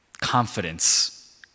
confidence